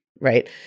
right